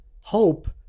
Hope